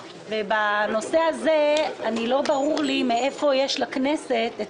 ובנושא הזה לא ברור לי מאיפה יש לכנסת את